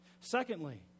Secondly